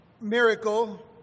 miracle